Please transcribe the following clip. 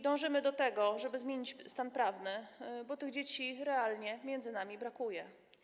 Dążymy do tego, żeby zmienić stan prawny, bo tych dzieci realnie między nami brakuje.